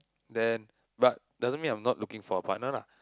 then but doesn't means I'm not looking for a partner lah